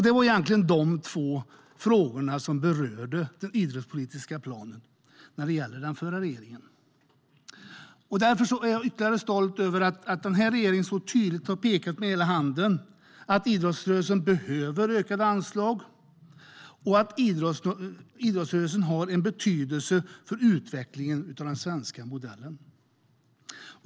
Det var egentligen de två frågorna som berördes på det idrottspolitiska planet under den förra regeringen. Därför är jag ännu stoltare över att den här regeringen så tydligt pekar med hela handen och visar att idrottsrörelsen behöver ökade anslag och att idrottsrörelsen har betydelse för utvecklandet av den svenska modellen.